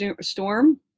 storm